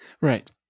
Right